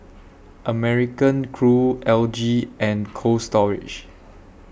American Crew L G and Cold Storage